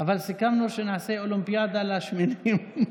כן, אבל סיכמנו שנעשה אולימפיאדה לשמנים.